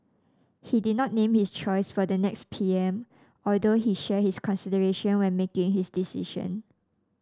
he did not name his choice for the next P M although he shared his consideration when making his decision